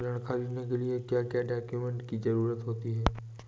ऋण ख़रीदने के लिए क्या क्या डॉक्यूमेंट की ज़रुरत होती है?